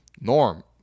Norm